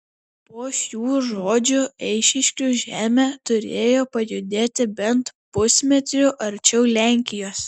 po šių žodžių eišiškių žemė turėjo pajudėti bent pusmetriu arčiau lenkijos